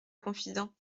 confident